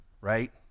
right